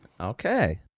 okay